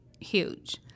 huge